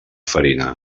farina